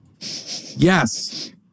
Yes